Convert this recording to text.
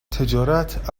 تجارت